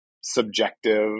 subjective